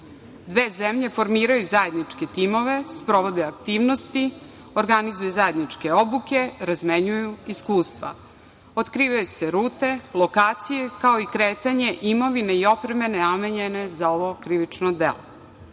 Dve zemlje formiraju zajedničke timove, sprovode aktivnosti, organizuju zajedničke obuke, razmenjuju iskustva, otkrivaju se rute, lokacije, kao i kretanje imovine i opreme namenjene za ovo krivično delo.